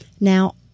now